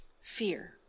fear